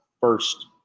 first